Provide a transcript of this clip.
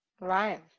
Right